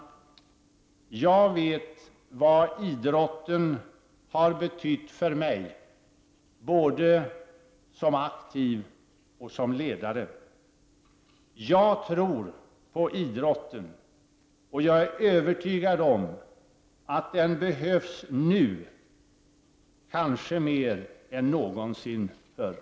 Jag vet vad idrotten har betytt för mig både som aktiv och som ledare. Jag tror på idrotten och är övertygad om att den behövs, nu kanske mer än någonsin förr.